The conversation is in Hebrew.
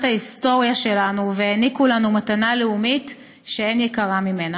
ההיסטוריה שלנו והעניקו לנו מתנה לאומית שאין יקרה ממנה.